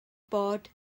bod